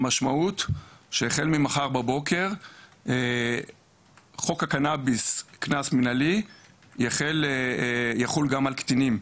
המשמעות שהחל ממחר בבוקר חוק הקנאביס קנס מנהלי יחול גם על קטינים.